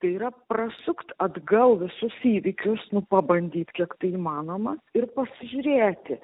tai yra prasukt atgal visus įvykius nu pabandyt kiek tai įmanoma ir pasižiūrėti